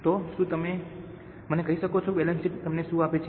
તો શું તમે મને કહી શકો કે બેલેન્સ શીટ તમને શું આપે છે